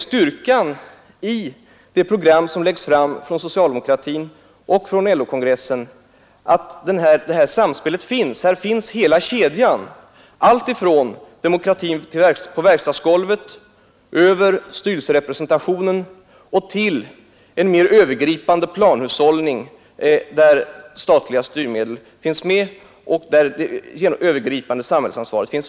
Styrkan i det program som läggs fram från socialdemokratin och från LO-kongressen är att det innehåller ett sådant samspel. Här finns hela kedjan av åtgärder, från demokratin på verkstadsgolvet över styrelserepresentationen och till en mer övergripande planhushållning, vari ingår statliga styrmedel och ett övergripande samhällsansvar.